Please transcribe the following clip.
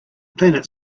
planet